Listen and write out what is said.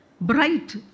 bright